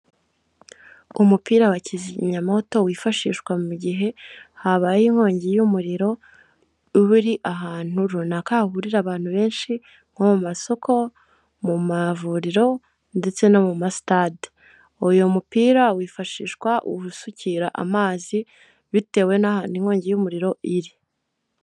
Ku mupira wa kizimyamoto wifashishwa mu gihe habaye inkongi y'umuriro, uba uri ahantu runaka hahurira abantu benshi nko mu masoko, mu mavuriro ndetse no mu ma sitade, uyu mupira wifashishwa ubusukira amazi bitewe n'ahantu inkongi y'umuriro iri.